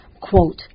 Quote